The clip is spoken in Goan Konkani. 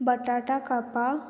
बटाटा कापा